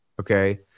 okay